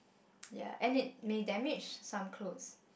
ya and it may damage some clothes